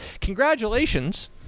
Congratulations